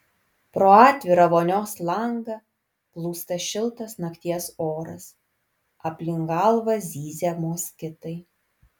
pro atvirą vonios langą plūsta šiltas nakties oras aplink galvą zyzia moskitai